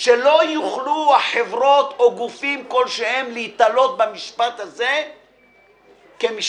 שלא יוכלו החברות או גופים כלשהם להיתלות במשפט הזה כמשפט